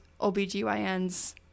OBGYNs